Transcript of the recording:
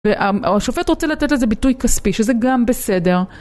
והשופט רוצה לתת לזה ביטוי כספי, שזה גם בסדר.